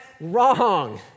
wrong